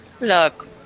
Look